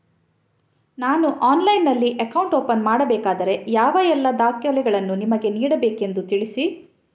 ನಾನು ಆನ್ಲೈನ್ನಲ್ಲಿ account open ಮಾಡಬೇಕಾದರೆ ಯಾವ ಎಲ್ಲ ದಾಖಲೆಗಳನ್ನು ನಿಮಗೆ ನೀಡಬೇಕೆಂದು ತಿಳಿಸಿ?